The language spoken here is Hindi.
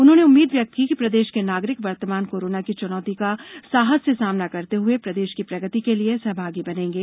उन्होंने उम्मीद व्यक्त की है कि प्रदेश के नागरिक वर्तमान कोरोना की चुनौती का साहस से सामना करते हुए प्रदेश की प्रगति के लिए सहभागी बनेंगे